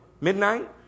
Midnight